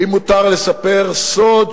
ואם מותר לספר סוד,